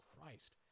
Christ